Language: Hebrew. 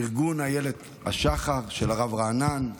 ארגון איילת השחר של הרב רענן,